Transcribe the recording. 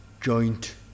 joint